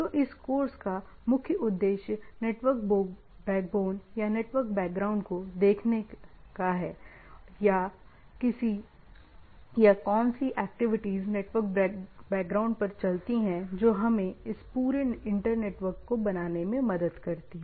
तो इस कोर्स का मुख्य उद्देश्य नेटवर्क बैकबोन या नेटवर्क बैकग्राउंड को देखने का है या कौन सी एक्टिविटीज नेटवर्क बैकग्राउंड पर चलती है जो हमें इस पूरे इंटर नेटवर्क को बनाने में मदद करती हैं